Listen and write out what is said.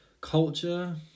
culture